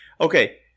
Okay